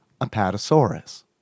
Apatosaurus